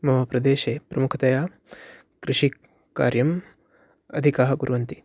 मम प्रदेशे प्रमुखतया कृषिकार्यम् अधिकाः कुर्वन्ति